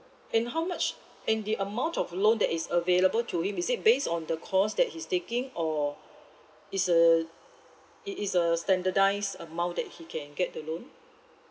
and how much and the amount of loan that is available to him is it based on the course that he's taking or it's a it is a standardised amount that he can get the loan